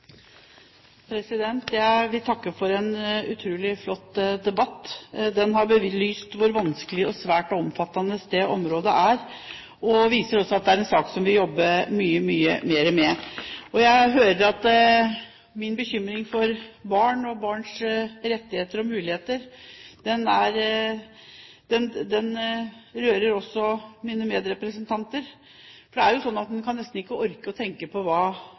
området er. Den viser også at det er en sak som vi må jobbe mye, mye mer med. Jeg hører at min bekymring for barn og barns rettigheter og muligheter også deles av mine medrepresentanter. Det er jo sånn at en nesten ikke kan orke å tenke på